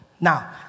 Now